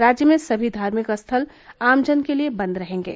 राज्य में सभी धार्मिक स्थल आमजनों के लिए बन्द रहेंगे